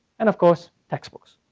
and of course textbooks.